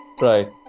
Right